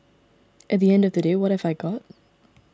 at the end of the day what have I got